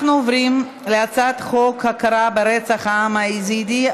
אנחנו עוברים להצעת חוק הכרה ברצח העם היזידי,